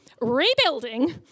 rebuilding